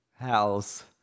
house